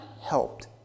helped